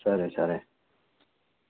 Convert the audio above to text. సరే సరే